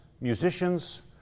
musicians